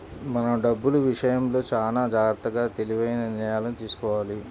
మనం డబ్బులు విషయంలో చానా జాగర్తగా తెలివైన నిర్ణయాలను తీసుకోవాలి